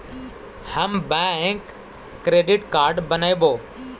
हम bank credit card बनैवो?